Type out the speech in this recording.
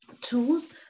tools